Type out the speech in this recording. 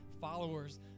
followers